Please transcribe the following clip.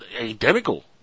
identical